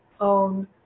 own